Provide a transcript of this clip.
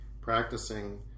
practicing